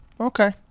Okay